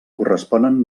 corresponen